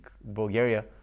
Bulgaria